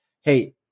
Hey